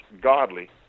godly